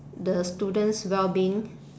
the students' wellbeing